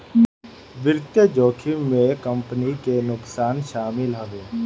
वित्तीय जोखिम में कंपनी के नुकसान शामिल हवे